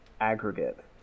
aggregate